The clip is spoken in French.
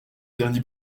dernier